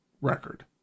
record